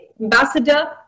Ambassador